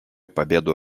победу